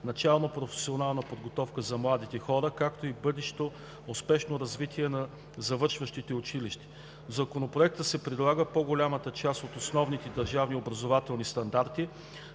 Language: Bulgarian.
начална професионална подготовка за младите хора, както и бъдещо успешно развитие на завършващите училище. В Законопроекта се предлага по-голямата част от основните Държавни образователни стандарти